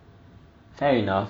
fair enough